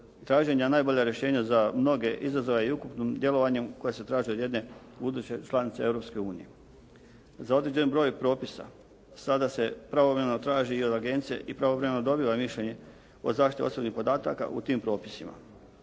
traženja najbolja rješenja za mnoge izazove i ukupnim djelovanjem koja se traže od jedne buduće članice Europske unije. Za određen broj propisa sada se pravovremeno traži i od agencije i pravovremeno dobiva mišljenje o zaštiti osobnih podataka u tim propisima.